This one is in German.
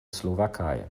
slowakei